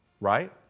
Right